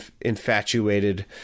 infatuated